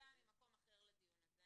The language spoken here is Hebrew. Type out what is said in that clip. באה ממקום אחר לדיון הזה.